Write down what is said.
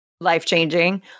life-changing